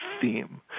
theme